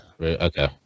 okay